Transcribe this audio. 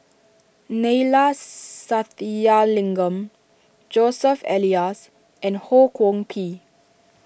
Neila Sathyalingam Joseph Elias and Ho Kwon Ping